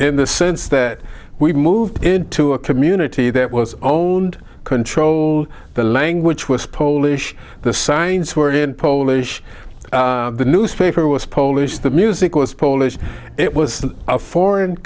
in the sense that we moved into a community that was own and control the language was polish the signs were in polish the newspaper was polish the music was polish it was a foreign